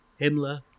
Himmler